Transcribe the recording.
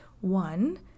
one